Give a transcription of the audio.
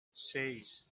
seis